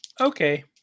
Okay